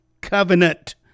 covenant